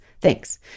Thanks